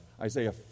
Isaiah